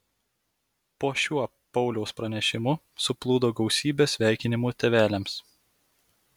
po šiuo pauliaus pranešimu suplūdo gausybė sveikinimų tėveliams